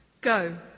Go